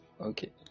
Okay